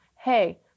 hey